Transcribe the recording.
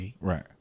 right